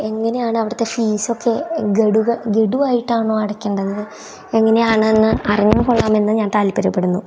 എങ്ങനെയാണ് അവിടുത്തെ ഫീസൊക്കെ ഗഡു ഗഡുവായിട്ടാണോ അടക്കേണ്ടത് എങ്ങനെയാണെന്ന് അറിഞ്ഞാൽ കൊള്ളാമെന്ന് ഞാൻ താൽപര്യപ്പെടുന്നു